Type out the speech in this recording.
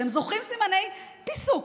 אתם זוכרים סימני פיסוק?